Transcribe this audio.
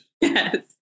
yes